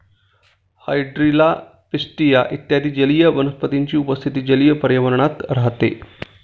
hydrilla, pistia इत्यादी जलीय वनस्पतींची उपस्थिती जलीय पर्यावरणात राहते